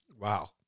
Wow